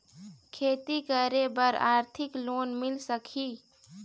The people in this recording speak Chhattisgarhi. खेती करे बर आरथिक लोन मिल सकही?